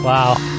Wow